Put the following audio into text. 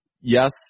yes